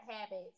habits